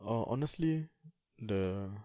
oh honestly the